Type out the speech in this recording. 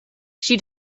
she